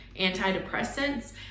antidepressants